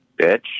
Bitch